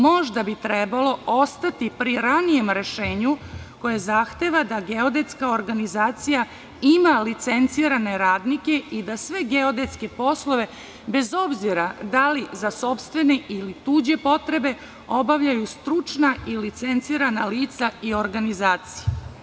Možda bi trebalo ostati pri ranijem rešenju koje zahteva da geodetska organizacija ima licencirane radnike i da sve geodetske poslove, bez obzira da li za sopstvene ili tuđe potrebe, obavljaju stručna i licencirana lica i organizacije.